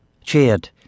Cheered